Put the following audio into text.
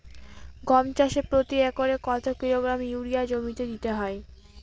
গম চাষে প্রতি একরে কত কিলোগ্রাম ইউরিয়া জমিতে দিতে হয়?